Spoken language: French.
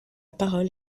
parole